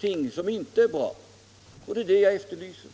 ting som inte är bra. Det är detta jag efterlyser.